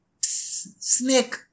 Snake